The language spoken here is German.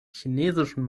chinesischen